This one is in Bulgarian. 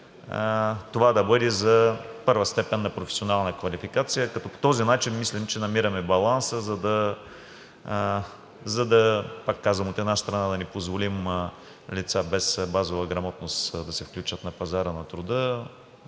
това да бъде за първа степен на професионална квалификация, като по този начин мислим, че намираме баланса, за да, пак казвам, от една страна, да не позволим лица без базова грамотност да се включат на пазара на труда,